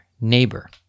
neighbor